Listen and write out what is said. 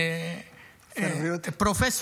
פרופ'